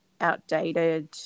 outdated